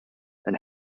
and